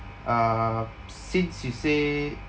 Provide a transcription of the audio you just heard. uh since you say